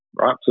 right